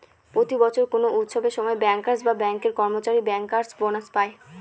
প্রতি বছর কোনো উৎসবের সময় ব্যাঙ্কার্স বা ব্যাঙ্কের কর্মচারীরা ব্যাঙ্কার্স বোনাস পায়